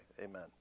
Amen